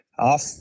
off